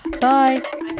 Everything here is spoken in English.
bye